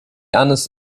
honest